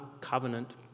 covenant